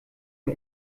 ihm